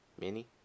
mini